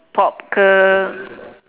pop ke